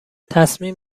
تصمیم